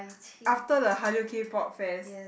after the hallyu k-pop fest